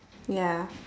ya